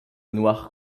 noir